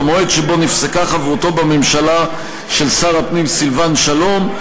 במועד שבו נפסקה חברותו בממשלה של שר הפנים סילבן שלום,